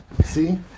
See